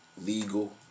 legal